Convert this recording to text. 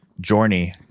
journey